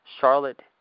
Charlotte